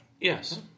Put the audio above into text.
Yes